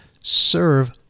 serve